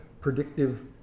predictive